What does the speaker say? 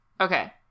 Okay